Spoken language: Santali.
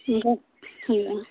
ᱚᱱᱠᱟ ᱦᱳᱭᱳᱜᱼᱟ